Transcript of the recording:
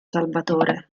salvatore